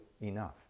enough